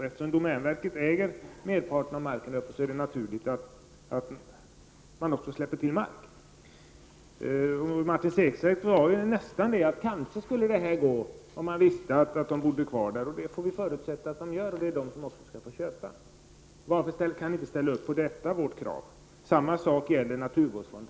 Eftersom domänverket äger merparten av marken där uppe, är det naturligt att domänverket också släpper till mark. Martin Segerstedt sade att kanske skulle det här gå, om man visste att dessa människor bodde kvar där. Det får vi förutsätta att de gör, och det är de som också skall få köpa. Varför kan ni inte ställa upp på detta vårt krav? Samma sak gäller naturvårdsfonden.